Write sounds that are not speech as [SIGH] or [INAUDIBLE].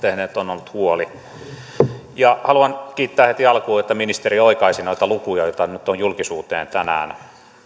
[UNINTELLIGIBLE] tehneet on ollut huoli haluan kiittää heti alkuun että ministeri oikaisi noita lukuja joita nyt on julkisuuteen tänään